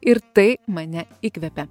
ir tai mane įkvepia